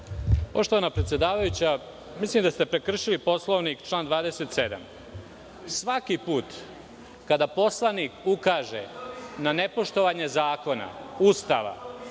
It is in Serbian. Poštovana predsedavajuća, mislim da ste prekršili Poslovnik i član 27. Svaki put kada poslanik ukaže na nepoštovanje zakona, Ustava,